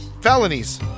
felonies